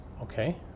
Okay